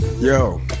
Yo